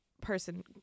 person